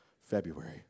February